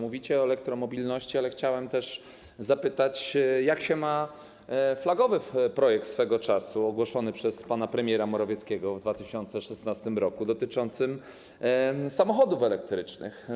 Mówicie o elektromobilności, ale chciałem też zapytać, jak się ma flagowy projekt swego czasu, ogłoszony przez pana premiera Morawieckiego w 2016 r., dotyczący samochodów elektrycznych.